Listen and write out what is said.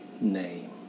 name